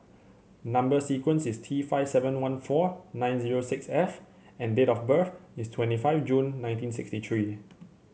number sequence is T five seven one four nine zero six F and date of birth is twenty five June nineteen sixty three